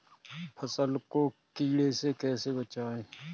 फसल को कीड़े से कैसे बचाएँ?